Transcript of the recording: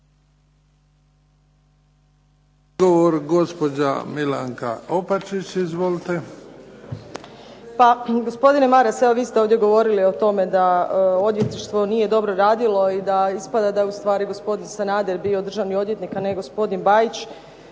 **Opačić, Milanka (SDP)** Pa gospodine Maras, evo vi ste ovdje govorili o tome da odvjetništvo nije dobro radilo i da ispada da je ustvari gospodin Sanader bio državni odvjetnik, a ne gospodin Bajić.